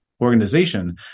organization